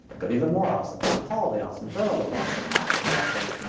of even more awesome, book of holiday awesome, journal of awesome, app of awesome,